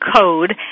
code